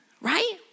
right